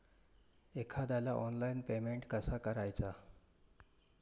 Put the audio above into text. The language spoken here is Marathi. एखाद्याला ऑनलाइन पेमेंट कसा करायचा?